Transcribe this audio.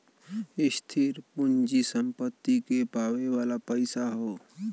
स्थिर पूँजी सम्पत्ति के पावे वाला पइसा हौ